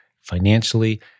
financially